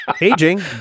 Aging